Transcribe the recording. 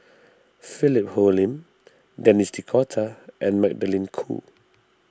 Philip Hoalim Denis D'Cotta and Magdalene Khoo